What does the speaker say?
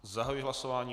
Zahajuji hlasování.